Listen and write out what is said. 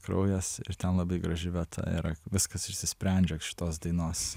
kraujas ir ten labai graži vieta yra viskas išsisprendžia šitos dainos